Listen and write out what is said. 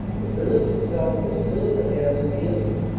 the village itself was still in the hands of the enemy.